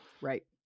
Right